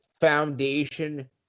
foundation